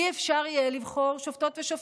לא יהיה אפשר לבחור שופטות ושופטים.